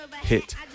hit